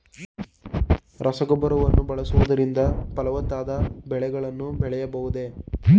ರಸಗೊಬ್ಬರಗಳನ್ನು ಬಳಸುವುದರಿಂದ ಫಲವತ್ತಾದ ಬೆಳೆಗಳನ್ನು ಬೆಳೆಯಬಹುದೇ?